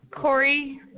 Corey